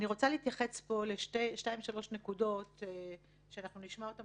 אני רוצה להתייחס פה לשתיים-שלוש נקודות שנשמע אותן